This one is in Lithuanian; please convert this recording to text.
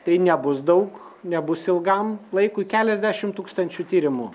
tai nebus daug nebus ilgam laikui keliasdešim tūkstančių tyrimų